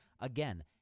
Again